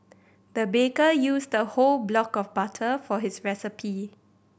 the baker used the whole block of butter for his recipe